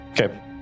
Okay